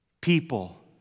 people